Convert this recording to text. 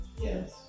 Yes